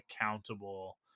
accountable